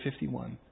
51